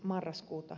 marraskuuta